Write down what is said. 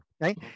Right